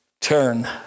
turn